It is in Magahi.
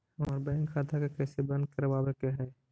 हमर बैंक खाता के कैसे बंद करबाबे के है?